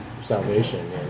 salvation